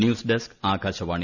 news desk Akashvani